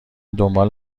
دنبال